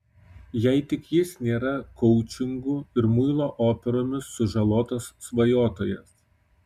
jei tik jis nėra koučingu ir muilo operomis sužalotas svajotojas